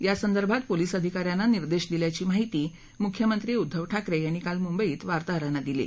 यासंदर्भात पोलिस अधिकाऱ्यांना निर्देश दिल्याची माहिती मुख्यमंत्री उद्धव ठाकरे यांनी काल मुंबईत वार्ताहरांना दिली